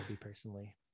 personally